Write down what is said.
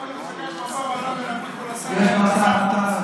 משא ומתן.